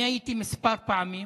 הייתי כמה פעמים